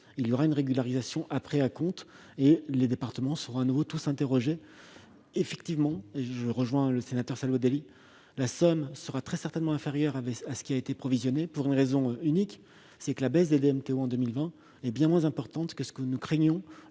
Il y aura une régularisation après acompte et les départements seront de nouveau tous interrogés. Je rejoins M. Savoldelli sur un point ; la somme sera très certainement inférieure à ce qui a été provisionné, pour une unique raison : la baisse des DMTO en 2020 est bien moins importante que ce que nous craignions